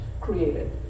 created